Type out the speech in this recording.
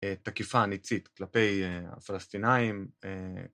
תקיפה ניצית כלפי הפלסטינאים.